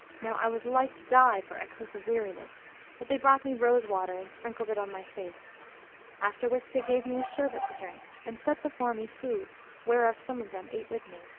now i was like to die for excess of weariness but they brought me rose-water and sprinkled it on my face after which they gave me a sherbet to drink and set before me food whereof some of them ate with me.